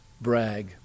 brag